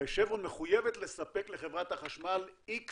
הרי 'שברון' מחויבת לספק לחברת החשמל X